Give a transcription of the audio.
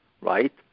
right